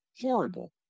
horrible